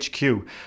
HQ